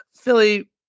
philly